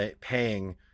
paying